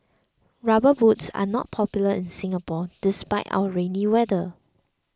rubber boots are not popular in Singapore despite our rainy weather